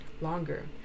longer